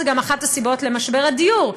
זו גם אחת הסיבות למשבר הדיור,